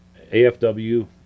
AFW